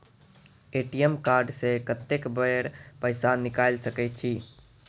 ATM card से कत्तेक बेर पैसा निकाल सके छी?